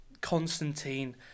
Constantine